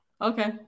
okay